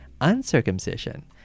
uncircumcision